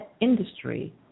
industry